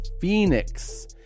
Phoenix